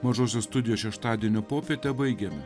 mažosios studijos šeštadienio popietę baigėme